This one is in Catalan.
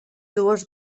dues